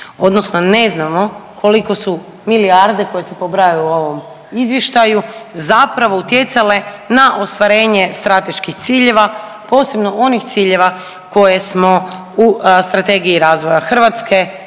odnosno ne znamo koliko su milijarde koje se pobrajaju u ovom Izvještaju zapravo utjecale na ostvarenje strateških ciljeva, posebno onih ciljeva koje smo u Strategiji razvoja Hrvatske